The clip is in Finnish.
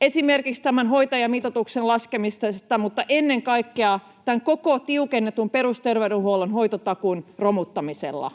esimerkiksi tämän hoitajamitoituksen laskemisella mutta ennen kaikkea tämän koko tiukennetun perusterveydenhuollon hoitotakuun romuttamisella.